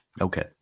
Okay